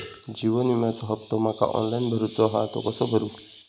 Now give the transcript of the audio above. जीवन विम्याचो हफ्तो माका ऑनलाइन भरूचो हा तो कसो भरू?